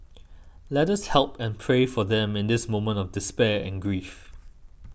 let us help and pray for them in this moment of despair and grief